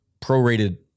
prorated